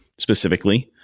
specifically.